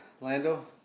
Lando